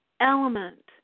element